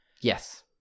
Yes